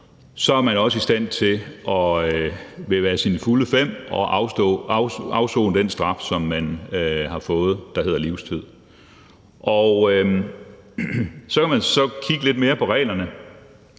Så er man også i stand til at være ved sine fulde fem og afsone den straf, som man har fået, og som hedder livstid. Så kan man så kigge lidt mere på reglerne